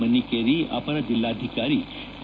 ಮನ್ನಿಕೇರಿ ಅಪರ ಜಿಲ್ಲಾಧಿಕಾರಿ ಸಿ